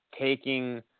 Taking